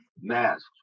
masks